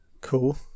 cool